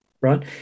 Right